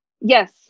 yes